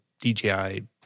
DJI